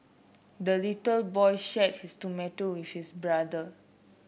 the little boy shared his tomato with his brother